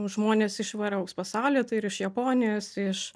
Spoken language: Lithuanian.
žmones iš įvairaus pasaulio tai ir iš japonijos iš